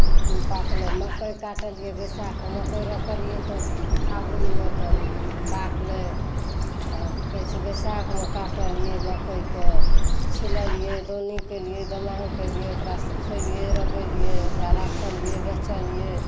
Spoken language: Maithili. पाकलै मकई काटलियै बैसाखमे मकई रोपलियै तऽ फागुनमे तऽ पाकलै तऽ कहै छै बैसाखमे काटलियै मकइके छिललियै दौनी केलियै दोनाई केलियै ओकरा सूखेलियै रगेलियै ओकरा राखलियै बेचलियै